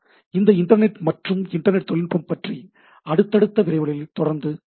இந்த இன்டெர்நெட் மற்றும் இன்டெர்நெட் தொழில்நுட்பம் பற்றி அடுத்தடுத்த விரிவுரைகளில் தொடர்ந்து காண்போம்